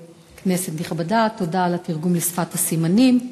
תודה, כנסת נכבדה, תודה על התרגום לשפת הסימנים.